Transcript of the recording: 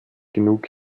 genug